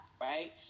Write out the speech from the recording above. right